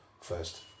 first